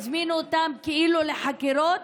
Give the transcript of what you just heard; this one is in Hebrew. מזמין אותם כאילו לחקירות,